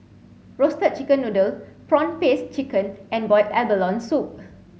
roasted chicken noodle prawn paste chicken and boiled abalone soup